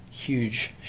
huge